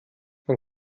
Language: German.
man